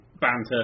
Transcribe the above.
banter